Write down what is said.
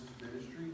ministry